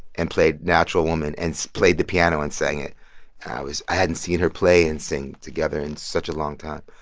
and played natural woman and so played the piano and sang it. i was i hadn't seen her play and sing together in such a long time.